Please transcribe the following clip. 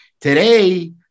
Today